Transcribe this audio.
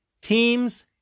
teams